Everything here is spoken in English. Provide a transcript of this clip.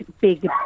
big